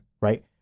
right